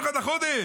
באתם ב-31 לחודש.